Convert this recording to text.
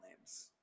names